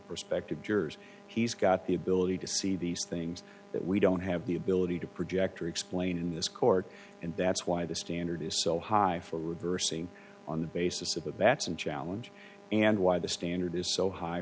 prospective jurors he's got the ability to see these things that we don't have the ability to project or explain in this court and that's why the standard is so high for reversing on the basis of a batson challenge and why the standard is so high